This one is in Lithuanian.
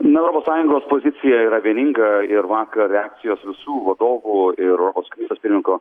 na europos sąjungos pozicija yra vieninga ir vakar reakcijos visų vadovų ir europos komisijos pirmininko